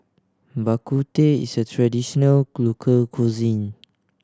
Bak Kut Teh is a traditional local cuisine